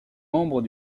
membre